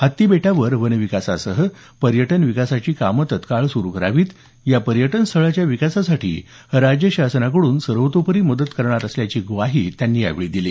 हत्ती बेटावर वन विकासासह पर्यटन विकासाची कामं तत्काळ सुरू करावीत या पर्यटन स्थळाच्या विकासासाठी राज्य शासनाकडून सर्वतोपरी मदत करणार असल्याची ग्वाही त्यांनी यावेळी दिली